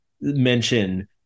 mention